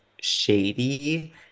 shady